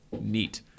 Neat